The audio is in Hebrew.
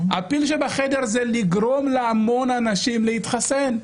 הפיל בחדר זה לגרום להמון אנשים להתחסן.